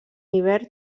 hivern